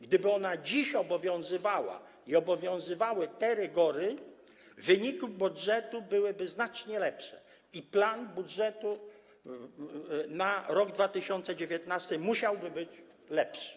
Gdyby ona dziś obowiązywała i obowiązywały te rygory, wyniki budżetu byłyby znacznie lepsze i plan budżetu na rok 2019 musiałby być lepszy.